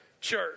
Church